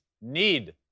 need